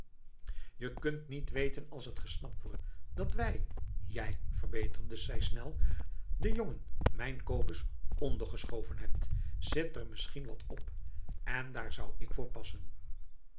je kunt niet weten als t gesnapt wordt dat wij jij verbeterde zij snel den jongen mijn kobus ondergeschoven hebt zit er misschien wat op en daar zou ik voor passen